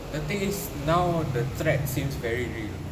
the thing is now the threat seems very real